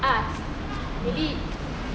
ask maybe